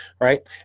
right